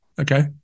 okay